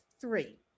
Three